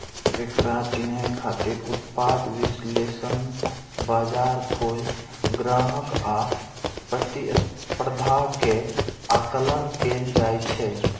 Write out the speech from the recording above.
एकरा चिन्है खातिर उत्पाद विश्लेषण, बाजार खोज, ग्राहक आ प्रतिस्पर्धा के आकलन कैल जाइ छै